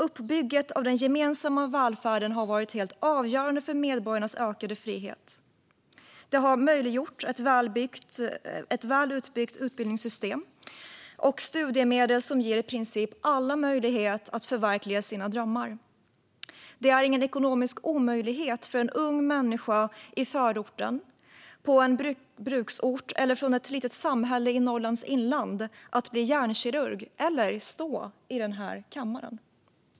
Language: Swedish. Uppbyggnaden av den gemensamma välfärden har varit helt avgörande för medborgarnas ökade frihet. Det har möjliggjort ett väl utbyggt utbildningssystem med studiemedel som i princip ger alla möjlighet att förverkliga sina drömmar. Det är ingen ekonomisk omöjlighet för en ung människa i förorten, på en bruksort eller från ett litet samhälle i Norrlands inland att bli hjärnkirurg eller stå i denna kammare.